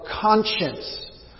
conscience